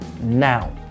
Now